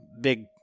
big